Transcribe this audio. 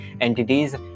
entities